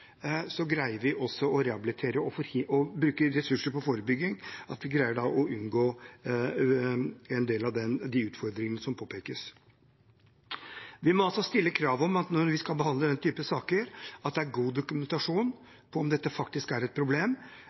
og bruker ressurser på forebygging, greier vi også å rehabilitere og unngå en del av de utfordringene som påpekes. Vi må stille krav om når vi skal behandle denne typen saker, at det er god dokumentasjon på om dette faktisk er et problem